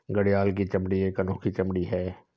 घड़ियाल की चमड़ी एक अनोखी चमड़ी है